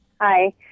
Hi